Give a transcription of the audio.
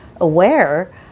aware